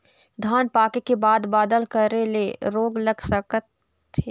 धान पाके के बाद बादल करे ले रोग लग सकथे का?